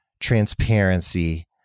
transparency